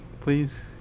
please